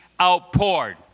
outpoured